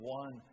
one